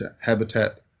habitat